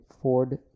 Ford